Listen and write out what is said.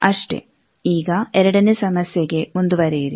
ಅಷ್ಟೇಈಗ ಎರಡನೇ ಸಮಸ್ಯೆಗೆ ಮುಂದುವರೆಯಿರಿ